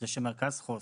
שמרכז חוסן,